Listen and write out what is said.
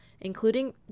including